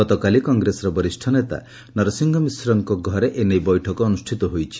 ଗତକାଲି କଂଗ୍ରେସର ବରିଷ ନେତା ନରସିଂହ ମିଶ୍ରଙ୍କ ଘରେ ଏ ନେଇ ବୈଠକ ଅନୁଷ୍ଟିତ ହୋଇଛି